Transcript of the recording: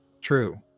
True